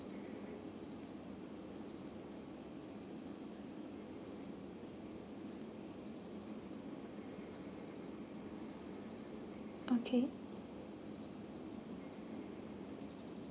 okay